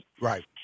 right